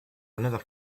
another